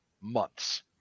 months